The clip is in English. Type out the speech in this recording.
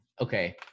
Okay